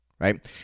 right